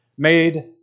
made